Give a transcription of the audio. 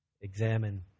examine